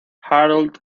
harold